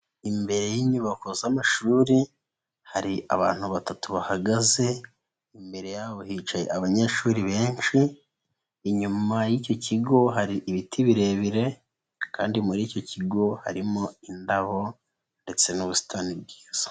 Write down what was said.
Imbere y'inyubako z'amashuri, hari abantu batatu bahagaze, imbere yabo hicaye abanyeshuri benshi, inyuma y'icyo kigo hari ibiti birebire kandi muri icyo kigo harimo indabo ndetse n'ubusitani bwiza.